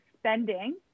spending